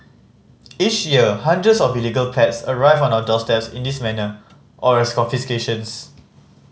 each year hundreds of illegal pets arrive at our doorsteps in this manner or as confiscations